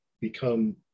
become